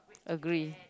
agree